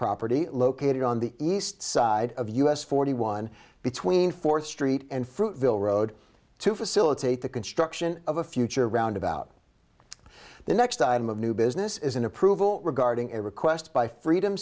property located on the east side of us forty one between fourth street and fruitvale road to facilitate the construction of a future roundabout the next item of new business is an approval regarding a request by freedom